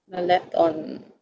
I left on